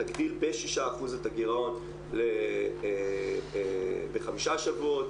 תגדיל ב-6% - את הגרעון בחמישה שבועות.